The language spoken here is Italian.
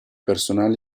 personali